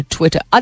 Twitter